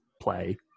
play